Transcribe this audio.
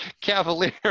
cavalier